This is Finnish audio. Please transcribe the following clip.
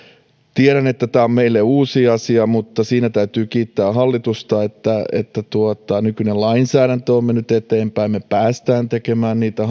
tiedän että tämä on meille uusi asia mutta siinä täytyy kiittää hallitusta että että nykyinen lainsäädäntö on mennyt eteenpäin me pääsemme tekemään niitä